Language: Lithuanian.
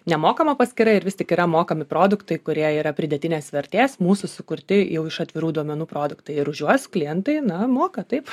nemokama paskyra ir vis tik yra mokami produktai kurie yra pridėtinės vertės mūsų sukurti jau iš atvirų duomenų produktai ir už juos klientai na moka taip